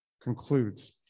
concludes